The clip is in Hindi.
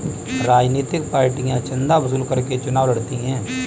राजनीतिक पार्टियां चंदा वसूल करके चुनाव लड़ती हैं